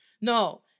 No